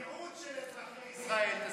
המיעוט של אזרחי ישראל.